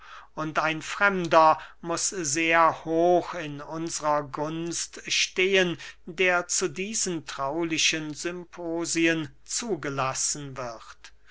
und ein fremder muß sehr hoch in unsrer gunst stehen der zu diesen traulichen symposien zugelassen wird